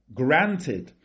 granted